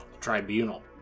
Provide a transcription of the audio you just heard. Tribunal